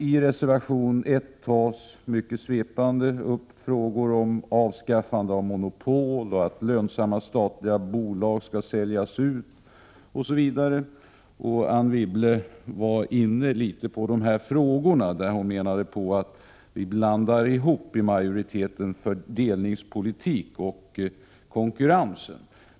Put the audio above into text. I reservation 1 tas mycket svepande upp frågor om avskaffande av monopol, att lönsamma statliga bolag skall säljas ut osv. Anne Wibble var inne litet grand på de här frågorna och menade att utskottsmajoriteten blandar ihop fördelningspolitik och konkurrens.